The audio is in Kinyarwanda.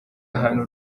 ahantu